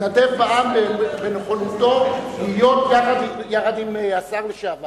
הוא מתנדב בעם בנכונותו להיות יחד עם השר לשעבר